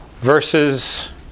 verses